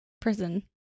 prison